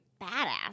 badass